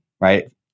right